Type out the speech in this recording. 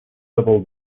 double